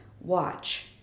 Watch